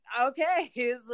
okay